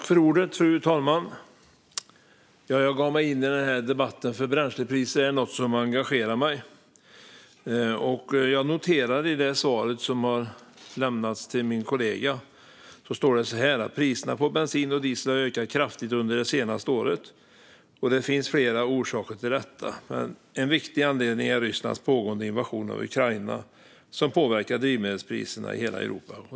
Fru talman! Jag gav mig in i denna debatt eftersom bränslepriser är något som engagerar mig. Ministern säger i sitt svar till min kollega: "Priserna på bensin och diesel har ökat kraftigt under det senaste året. Det finns flera orsaker till detta, men en viktig anledning är Rysslands pågående invasion av Ukraina som påverkar drivmedelspriserna i hela Europa."